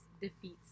defeats